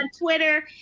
Twitter